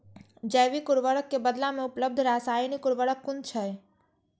जैविक उर्वरक के बदला में उपलब्ध रासायानिक उर्वरक कुन छै?